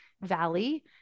Valley